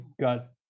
got